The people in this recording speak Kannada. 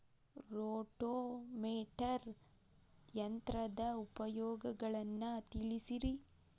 ರೋಟೋವೇಟರ್ ಯಂತ್ರದ ಉಪಯೋಗಗಳನ್ನ ತಿಳಿಸಿರಿ